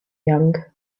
young